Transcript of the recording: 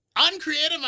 Uncreative